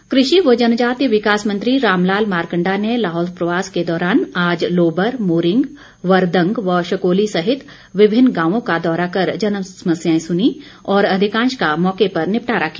मारकंडा कृषि व जनजातीय विकास मंत्री रामलाल मारकंडा ने लाहौल प्रवास के दौरान आज लोबर मुरिंग वरदंग व शकोली सहित विभिन्न गांवों का दौरा कर जनसमस्याएं सुनीं और अधिकांश का मौके पर निपटारा किया